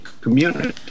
community